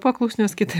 paklusnios kitai